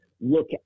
look